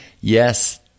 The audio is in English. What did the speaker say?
yes